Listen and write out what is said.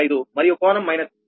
85 మరియు కోణం మైనస్ 68